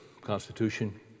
Constitution